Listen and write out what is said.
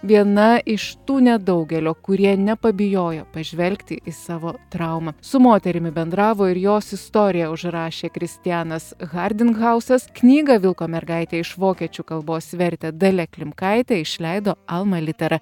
viena iš tų nedaugelio kurie nepabijojo pažvelgti į savo traumą su moterimi bendravo ir jos istoriją užrašė kristianas hardinghausas knygą vilko mergaitė iš vokiečių kalbos vertė dalia klimkaitė išleido alma litera